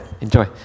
enjoy